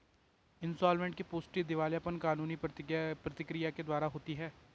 insolvent की पुष्टि दिवालियापन कानूनी प्रक्रिया के द्वारा होती है